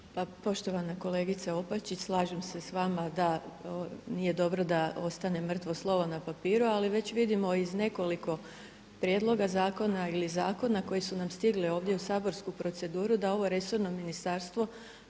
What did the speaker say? Pa poštovana kolegice Opačić, slažem se s vama da nije dobro da ostane mrtvo slovo na papiru, ali već vidimo iz nekoliko prijedloga zakona ili zakona koji su nam stigli ovdje u saborsku proceduru da ovo resorno ministarstvo